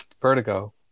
vertigo